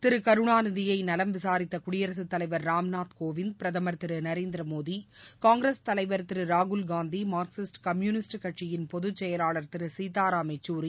திரு கருணாநிதியை நலம் விசாரித்த குடியரசுத் தலைவர் ராம்நாத் கோவிந்த் பிரதமர் திரு நரேந்திர மோடி காங்கிரஸ் தலைவர் திரு ராகுல்காந்தி மார்க்சிஸ்ட் கம்யூனிஸ்ட் கட்சியின் பொதுச்செயலாளர் திரு சீதாராம் யெக்குரி